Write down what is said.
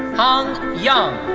hang yang.